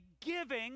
giving